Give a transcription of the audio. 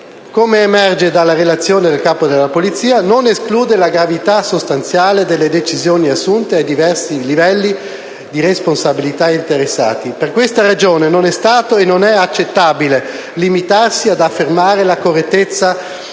come emerge dalla relazione del Capo della Polizia, non esclude la gravità sostanziale delle decisioni assunte ai diversi livelli di responsabilità interessati. Per questa ragione non è stato e non è accettabile limitarsi ad affermare la correttezza